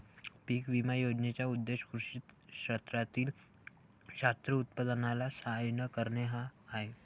पीक विमा योजनेचा उद्देश कृषी क्षेत्रातील शाश्वत उत्पादनाला सहाय्य करणे हा आहे